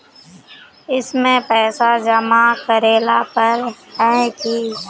इसमें पैसा जमा करेला पर है की?